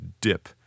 dip